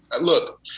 look